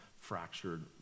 fractured